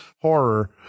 horror